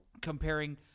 comparing